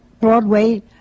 Broadway